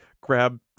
grab